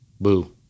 Boo